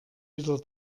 wieder